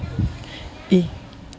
eh